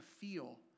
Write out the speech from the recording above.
feel